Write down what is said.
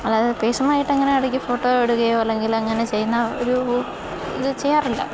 അല്ലാതെ പേഴ്സണലായിട്ട് അങ്ങനെ ഇടക്കി ഫോട്ടോ എടുക്കുകയോ അല്ലെങ്കിൽ അങ്ങനെ ചെയ്യുന്ന ഒരു ഇത് ചെയ്യാറില്ല